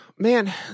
Man